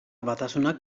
batasunak